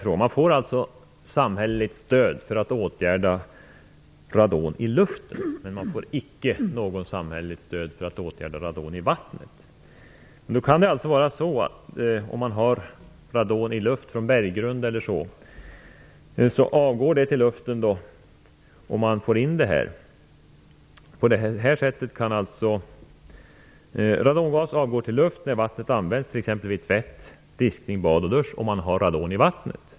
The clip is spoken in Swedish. Man får alltså samhälleligt stöd för att åtgärda radon i luften, men man får icke något samhälleligt stöd för att åtgärda radon i vattnet. Nu kan det vara så att radongas avgår till luft när vattnet används vid t.ex. tvätt, disk, bad och dusch och man har radon i vattnet.